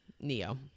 neo